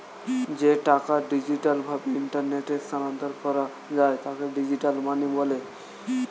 যে টাকা ডিজিটাল ভাবে ইন্টারনেটে স্থানান্তর করা যায় তাকে ডিজিটাল মানি বলে